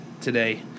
today